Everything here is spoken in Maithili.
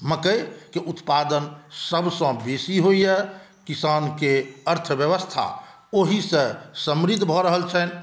मकइकेँ उत्पादन सबसँ बेसी होइया किसान के अर्थव्यवस्था ओहिसँ समृद्ध भऽ रहल छनि